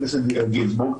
הכנסת גינזבורג,